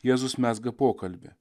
jėzus mezga pokalbį